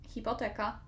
Hipoteka